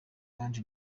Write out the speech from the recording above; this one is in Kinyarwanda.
kandi